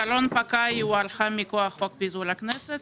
מכוח חוק פיזור הכנסת.